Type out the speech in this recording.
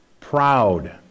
proud